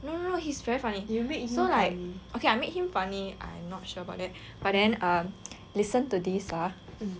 no no no he's very funny so like okay I make him funny I'm not sure about that but then err listen to this ah